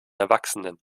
erwachsenen